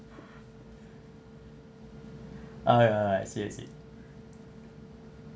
uh ah I see I see